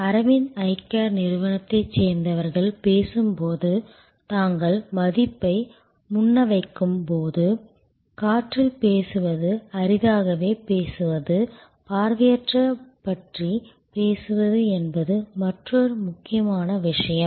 Aravind eye care நிறுவனத்தைச் சேர்ந்தவர்கள் பேசும் போது தங்கள் மதிப்பை முன்வைக்கும்போது காற்றில் பேசுவது அரிதாகவே பேசுவது பார்வையைப் பற்றிப் பேசுவது என்பது மற்றொரு முக்கியமான விஷயம்